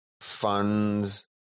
funds